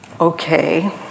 okay